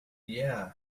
yeah